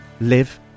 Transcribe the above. live